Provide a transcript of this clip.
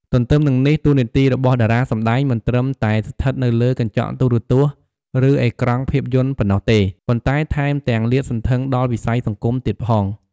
ទទ្ទឹមនឹងនេះ តួនាទីរបស់តារាសម្ដែងមិនត្រឹមតែស្ថិតនៅលើកញ្ចក់ទូរទស្សន៍ ឬអេក្រង់ភាពយន្តប៉ុណ្ណោះទេ ប៉ុន្តែថែមទាំងលាតសន្ធឹងដល់ វិស័យសង្គម ទៀតផង។